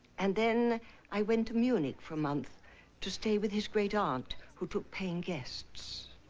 and then i went to munich for a month to stay with his great aunt who took paying guests.